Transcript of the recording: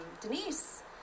denise